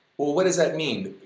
what does that mean?